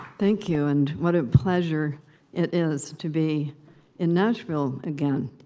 thank you, and what a pleasure it is to be in nashville again.